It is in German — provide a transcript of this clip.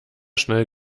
schnell